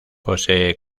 posee